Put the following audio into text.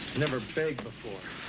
never begged before. it